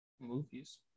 movies